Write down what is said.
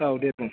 औ दे बुं